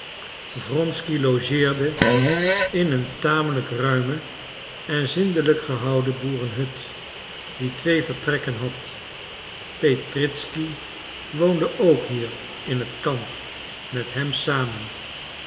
wronsky logeerde in een tamelijk ruime en zindelijk gehouden boerenhut die twee vertrekken had petritzky woonde ook hier in het kamp met hem samen